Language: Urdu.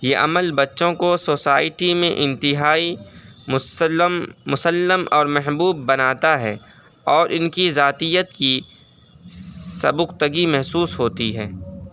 یہ عمل بچوں کو سوسائٹی میں انتہائی مسلم اور محبوب بناتا ہے اور ان کی ذاتیت کی سبکتگی محسوس ہوتی ہے